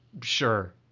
Sure